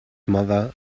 mother